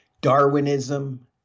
Darwinism